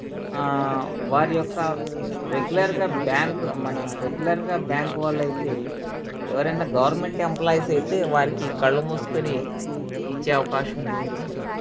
వారి యొక్క రెగ్యులర్గా బ్యాంక్ మన రెగ్యులర్గా బ్యాంకు వాళ్ళైతే ఎవరైనా గవర్నమెంట్ ఎంప్లాయిస్ అయితే వారికి కళ్ళు మూసుకొని ఇచ్చే అవకాశం ఉంటుంది